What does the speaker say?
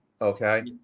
Okay